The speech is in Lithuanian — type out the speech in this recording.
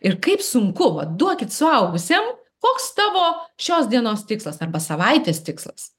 ir kaip sunku vat duokit suaugusiam koks tavo šios dienos tikslas arba savaitės tikslas